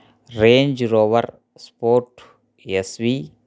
Range Rover sport S V